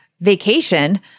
vacation